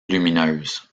lumineuse